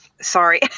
Sorry